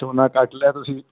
ਝੋਨਾ ਕੱਟ ਲਿਆ ਤੁਸੀਂ